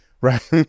right